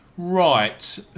Right